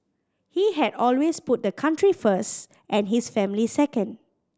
he had always put the country first and his family second